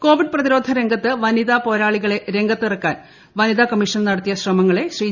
Covid പ്രതിരോധ രംഗത്ത് വനിതാ പോരാളികളെ രംഗത്തിറക്കാൻ വനിതാ കമ്മീഷൻ നടത്തിയ ശ്രമങ്ങളെ ശ്രീ